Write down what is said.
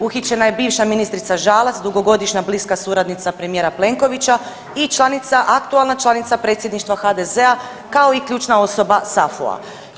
Uhićena je bivša ministrica Žalac, dugogodišnja bliska suradnica premijera Plenkovića i članica, aktualna članica predsjedništva HDZ-a, kao i ključna osoba SAFU-a.